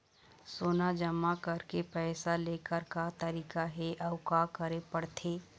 सोना जमा करके पैसा लेकर का तरीका हे अउ का करे पड़थे?